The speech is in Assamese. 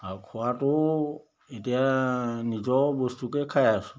আৰু খোৱাটো এতিয়া নিজৰ বস্তুকে খাই আছোঁ